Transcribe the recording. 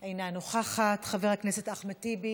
אינה נוכחת, חבר הכנסת אחמד טיבי,